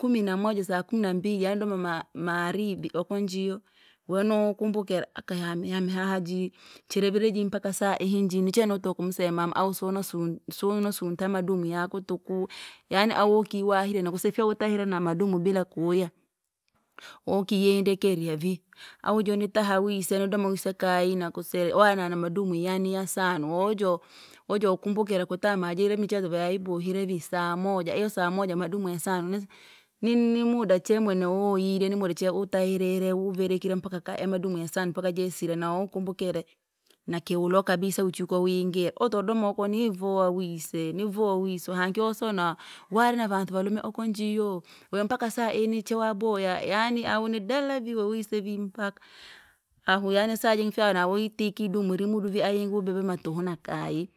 kumi na moja saa kumi na mbili ya doma ma- magharidi oko njiyo, weno ukumbukira aka yami yani hahaji, charevire jii mpaka saihinji nichaee nitomseya mama au senasu sunasu ntee madumu yaku tuku. Yaani ahu ukiwahile nakusifa utahila na madumu bila kuuya, wokiye indekererya vii, aujo nitaha wise nudoma wise kayi nakusire ware na madumu yani yasanu wajo, wojo ukumbukira kutama jira nchezo vyaibohire vii saa moja, iyo saa moja madumu yasanu. ni- nimuda chee mwene wayire ni mudu che utahirire uverekise mpaka kayi amadamu sayanu mpaka jiyasere nawe wakumbukire. Nakiulo kabisa uchiko wingire, utodoma oko nimvua wise! Nimvua wise hanki wosona, wari na vantu valume ako njio we mpaka saai niche wabaya, yaani auhi nidala viwa wise vii mpaka. ahu yaani saa jingi fana witike idume rimudu vii yangi jubebe matuhu makayi.